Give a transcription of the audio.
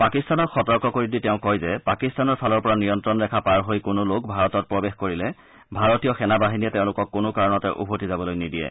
পাকিস্তানক সতৰ্ক কৰি দি তেওঁ কয় যে পাকিস্তানৰ ফালৰ পৰা নিয়ন্ত্ৰণ ৰেখা পাৰ হৈ কোনো লোক ভাৰতত প্ৰৱেশ কৰিলে ভাৰতীয় সেনা বাহিনীয়ে তেওঁলোকক কোনো কাৰণতে উভতি যাবলৈ নিদিয়ে